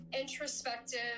introspective